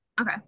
Okay